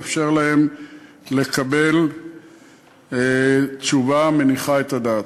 ולאפשר לזכאים לקבל תשובה מניחה את הדעת.